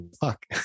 Fuck